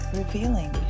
revealing